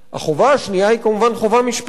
החובה השנייה היא כמובן חובה משפטית.